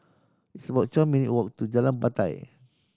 it's about twelve minute walk to Jalan Batai